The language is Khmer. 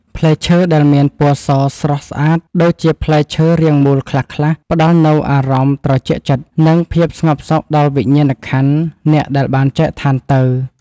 ផ្លែឈើដែលមានពណ៌សស្រស់ស្អាតដូចជាផ្លែឈើរាងមូលខ្លះៗផ្តល់នូវអារម្មណ៍ត្រជាក់ចិត្ត និង ភាពស្ងប់សុខដល់វិញ្ញាណក្ខន្ធអ្នកដែលបានចែកឋានទៅ។